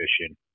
fishing